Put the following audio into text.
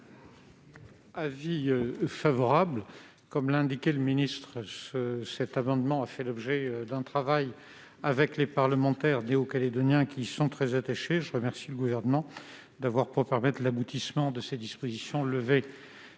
Avis favorable. Comme l'a indiqué M. le garde des sceaux, cet amendement a fait l'objet d'un travail avec les parlementaires néo-calédoniens, qui y sont très attachés. Je remercie le Gouvernement d'avoir pu permettre l'aboutissement de ces dispositions, levé